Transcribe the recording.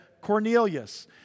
Cornelius